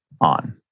on